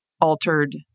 altered